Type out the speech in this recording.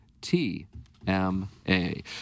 T-M-A